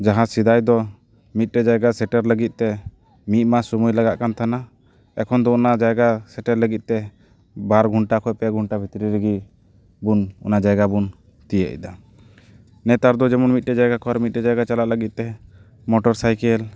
ᱡᱟᱦᱟᱸ ᱥᱮᱫᱟᱭ ᱫᱚ ᱢᱤᱫᱴᱮᱱ ᱡᱟᱭᱜᱟ ᱥᱮᱴᱮᱨ ᱞᱟᱹᱜᱤᱫ ᱛᱮ ᱢᱤᱫ ᱢᱟᱥ ᱥᱩᱢᱟᱹᱭ ᱞᱟᱜᱟᱜ ᱠᱟᱱ ᱛᱟᱦᱮᱱᱟ ᱮᱠᱷᱚᱱ ᱫᱚ ᱚᱱᱟ ᱡᱟᱭᱜᱟ ᱥᱮᱴᱮᱨ ᱞᱟᱹᱜᱤᱫ ᱛᱮ ᱵᱟᱨ ᱜᱷᱚᱱᱴᱟ ᱠᱷᱚᱱ ᱯᱮ ᱜᱷᱚᱱᱴᱟ ᱵᱷᱤᱛᱨᱤ ᱨᱮᱜᱮ ᱵᱚᱱ ᱚᱱᱟ ᱡᱟᱭᱜᱟ ᱵᱚᱱ ᱛᱤᱭᱟᱹᱜ ᱮᱫᱟ ᱱᱮᱛᱟᱨ ᱫᱚ ᱡᱮᱢᱚᱱ ᱢᱤᱫᱴᱮᱱ ᱡᱟᱭᱜᱟ ᱠᱷᱚᱱ ᱟᱨ ᱢᱤᱫᱴᱮᱱ ᱡᱟᱭᱜᱟ ᱪᱟᱞᱟᱜ ᱞᱟᱹᱜᱤᱫ ᱛᱮ ᱢᱚᱴᱚᱨ ᱥᱟᱭᱠᱮᱞ